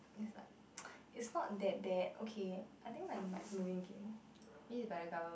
it's like it's not that bad okay I think I might have a